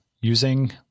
using